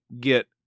get